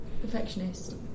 Perfectionist